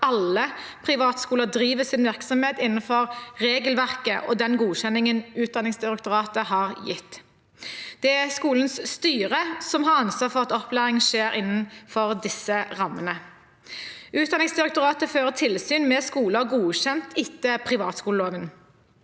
alle privatskoler driver sin virksomhet innenfor regelverket og den godkjenningen Utdanningsdirektoratet har gitt. Det er skolens styre som har ansvaret for at opplæringen skjer innenfor disse rammene. Utdanningsdirektoratet fører tilsyn med skoler godkjent etter privatskoleloven.